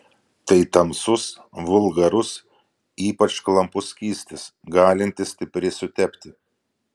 tai tamsus vulgarus ypač klampus skystis galintis stipriai sutepti